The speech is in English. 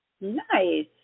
Nice